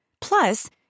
Plus